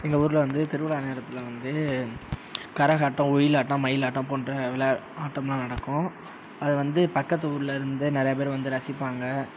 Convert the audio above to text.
எங்கள் ஊரில் வந்து திருவிழா நேரத்தில் வந்து கரகாட்டம் ஒயிலாட்டம் மயிலாட்டம் போன்ற விழா ஆட்டமெலாம் நடக்கும் அது வந்து பக்கத்து ஊர்லிருந்து நிறையா பேர் வந்து ரசிப்பாங்க